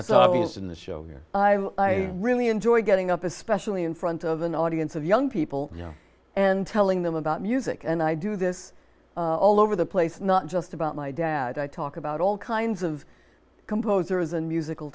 so in the show here i really enjoy getting up especially in front of an audience of young people you know and telling them about music and i do this all over the place not just about my dad i talk about all kinds of composers and musical